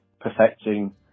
perfecting